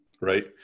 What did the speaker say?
right